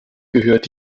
gehört